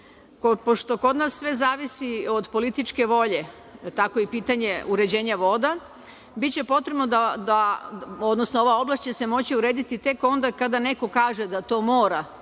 voda. Pošto kod nas sve zavisi od političke volje, pa tako i pitanje uređenja voda. Biće potrebno da, odnosno ova oblast će se moći urediti tek onda kada neko kaže da to mora